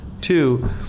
Two